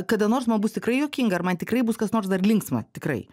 kada nors man bus tikrai juokinga ar man tikrai bus kas nors dar linksma tikrai